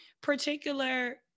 particular